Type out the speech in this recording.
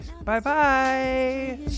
Bye-bye